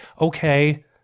Okay